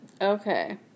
Okay